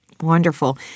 Wonderful